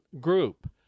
group